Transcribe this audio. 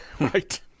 Right